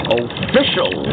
official